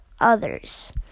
others